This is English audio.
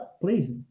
please